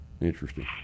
Interesting